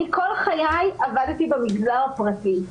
אני כל חיי עבדתי במגזר הפרטי,